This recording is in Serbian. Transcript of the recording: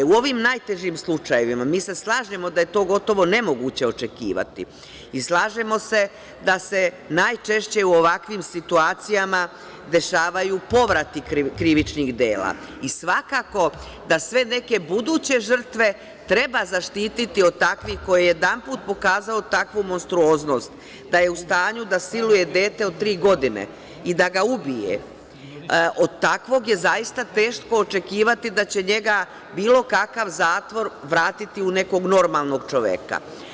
U ovim najtežim slučajevima, mi se slažemo da je to gotovo nemoguće očekivati, slažemo se i da se najčešće u ovakvim situacija dešavaju povrati krivičnih dela i svakako da sve neke buduće žrtve treba zaštititi od takvih, jer ko je jedanput pokazao takvu monstruoznost da je u stanju da siluje dete od tri godine i da ga ubije, od takvog je zaista teško očekivati da će bilo kakav zatvor vratiti u nekog normalnog čoveka.